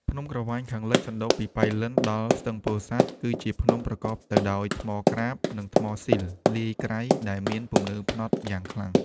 ភ្នំក្រវាញខាងលិច សណ្ដូកពីប៉ៃលិនដល់ស្ទឹងពោធិ៍សាត់ គឺជាភ្នំប្រកបទៅដោយថ្ម ក្រាប និងថ្មស៊ីលលាយក្រៃដែលមានពំនើងផ្នត់យ៉ាងខ្លាំង ។